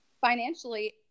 financially